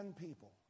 people